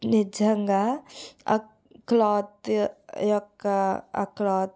నిజంగా ఆ క్లాత్ యొక్క ఆ క్లాత్